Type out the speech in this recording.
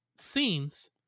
scenes